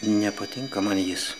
nepatinka man jis